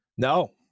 no